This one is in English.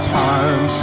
time